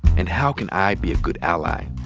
and how can i be a good ally?